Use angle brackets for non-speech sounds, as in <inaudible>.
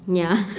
ya <laughs>